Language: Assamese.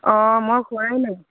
অঁ মই খোৱাই নাই